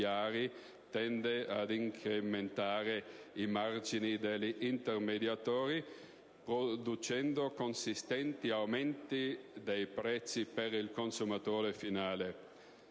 tende ad incrementare i margini degli intermediatori, producendo consistenti aumenti dei prezzi per il consumatore finale.